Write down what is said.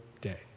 day